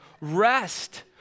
Rest